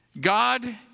God